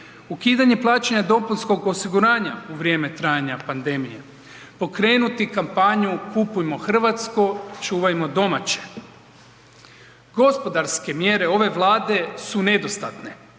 ukidanje plaćanja dopunskog osiguranja u vrijeme trajanja pandemije, pokrenuti kampanju „Kupujmo hrvatsko, čuvajmo domaće“. Gospodarske mjere ove Vlade su nedostatne,